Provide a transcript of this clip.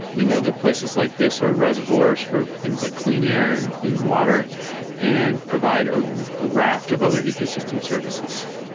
we know that places like this are reservoirs for things like clean air and clean water and provide a raft of other ecosystem services.